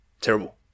Terrible